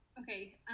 Okay